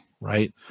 right